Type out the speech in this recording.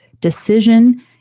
decision